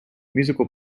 musical